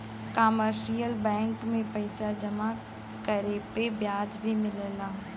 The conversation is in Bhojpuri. कमर्शियल बैंक में पइसा जमा करे पे ब्याज भी मिलला